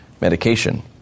medication